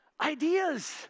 ideas